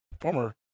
former